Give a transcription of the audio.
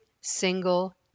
single